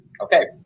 Okay